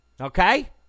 Okay